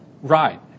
Right